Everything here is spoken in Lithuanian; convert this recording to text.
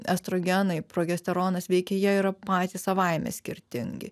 estrogenai progesteronas veikia jie yra patys savaime skirtingi